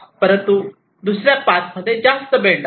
परंतु दुसऱ्या पाथ मध्ये जास्त बेंड आहे